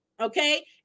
Okay